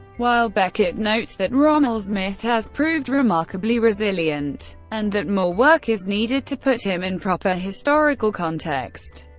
while beckett notes that rommel's myth has proved remarkably resilient and that more work is needed to put him in proper historical context.